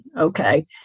Okay